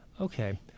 Okay